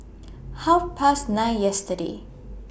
Half Past nine yesterday